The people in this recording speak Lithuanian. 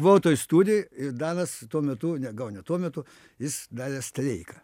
buvau toj studijoj ir danas tuo metu ne gal ne tuo metu jis darė streiką